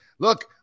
Look